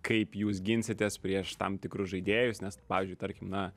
kaip jūs ginsitės prieš tam tikrus žaidėjus nes pavyzdžiui tarkim na